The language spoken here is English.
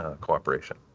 cooperation